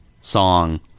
Song